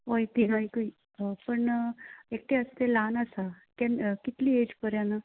हय तिगांयकूय ओ पण एकटें आस तें ल्हान आसा केन्न कितली एज पर्यान